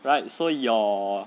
right so your